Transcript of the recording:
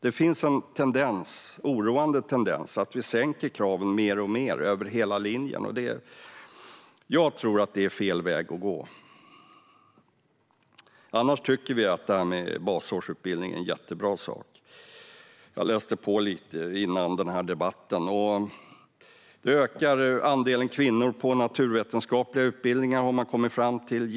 Det finns en oroande tendens att vi sänker kraven mer och mer över hela linjen, och det tror jag är fel väg att gå. Annars tycker vi att detta med basårsutbildning är en jättebra sak. Jag läste på lite om den inför den här debatten. Man har kommit fram till att den ökar andelen kvinnor på naturvetenskapliga utbildningar - jättebra.